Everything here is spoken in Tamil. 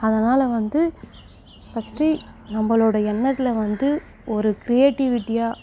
அதனால் வந்து ஃபஸ்ட்டு நம்மளோட எண்ணத்தில் வந்து ஒரு கிரியேட்டிவிட்டியாக